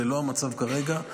זה לא המצב כרגע,